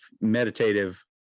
meditative